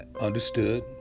Understood